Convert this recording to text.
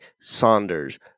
Saunders